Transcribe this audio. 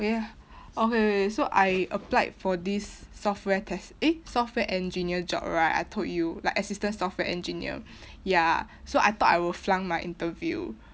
oh ya okay K so I applied for this software test eh software engineer job right I told you like assistant software engineer ya so I thought I would flunk my interview